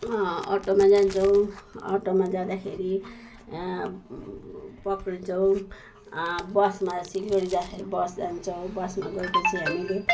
अटोमा जान्छौँ अटोमा जाँदाखेरि पक्डिन्छौँ बसमा सिलगुडी जाँदाखेरि बस जान्छौँ बसमा गएपछि हामीले